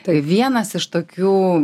tai vienas iš tokių